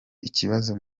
ikibazo